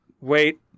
wait